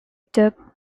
took